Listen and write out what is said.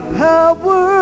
power